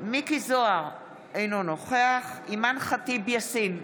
מיקי זוהר, אינו נוכח אימאן ח'טיב יאסין,